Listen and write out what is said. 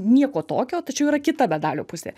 nieko tokio tačiau yra kita medalio pusė